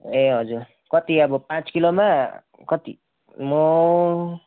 ए हजुर कति अब पाँच किलोमा कति म